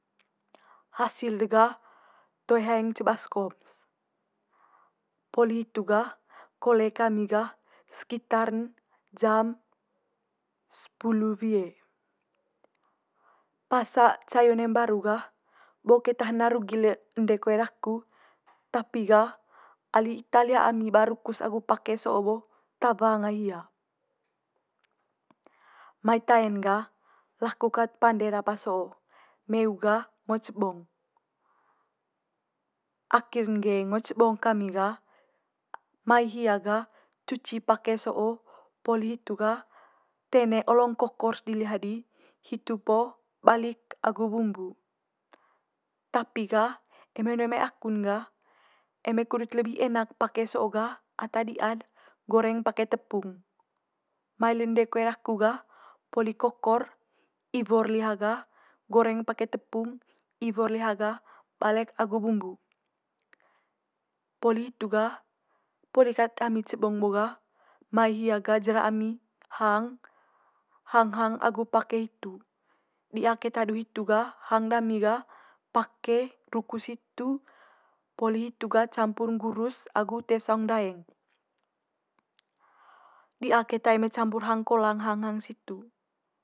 hasil de gah toe haeng ca baskom's. Poli hitu gah kole kami gah sekitar'n jam sepulu wie. Pas cai one mbaru gah bo keta hena rugi le ende koe daku tapi gah ali ita liha ami ba rukus agu pake so'o bo, tawa ngai hia. Mai tae'n gah laku kat pande'r apa so'o meu gah ngo cebong. Akhir'n ge ngo cebong kami gah mai hia gah cuci pake so'o poli hitu gah teneng olong kokor's di liha di hitu po balik agu bumbu. Tapi gah eme one mai aku'n gah, eme kudut lebi enak pake so'o gah ata di'ad goreng pake tepung. Mai le ende koe daku gah poli kokor iwo'r liha gah goreng pake tepung, iwo'r liha gah balek agu bumbu. Poli hitu gah poli kat ami cebong bo gah mai hia gah jera ami hang, hang hang agu pake hitu. Di'a keta du hitu gah hang dami gah pake, rukus hitu, poli hitu gah campur nggurus agu ute saung ndaeng. Di'a keta eme campur hang kolang hang hang situ.